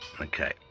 okay